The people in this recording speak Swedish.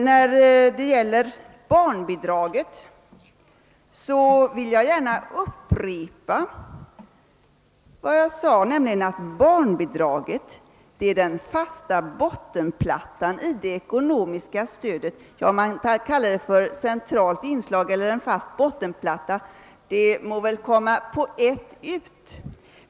Vad beträffar barnbidrag vill jag gärna upprepa vad jag sade, nämligen att barnbidraget är den fasta bottenplattan i det ekonomiska stödet. Om man kallar det för ett centralt inslag eller en fast bottenplatta må väl komma på ett ut.